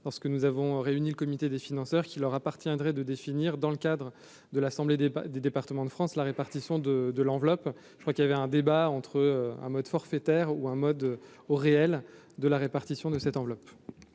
lorsque nous avons réuni le comité des financeurs qui leur appartiendrait de définir dans le cadre de l'assemblée des pas des départements de France, la répartition de de l'enveloppe, je crois qu'il y avait un débat entre un mode forfaitaire ou un mode ou réel de la répartition de cette enveloppe.